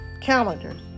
calendars